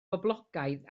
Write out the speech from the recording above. boblogaidd